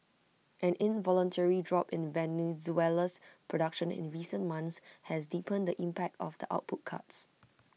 an involuntary drop in Venezuela's production in recent months has deepened the impact of the output cuts